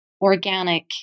organic